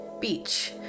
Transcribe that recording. Beach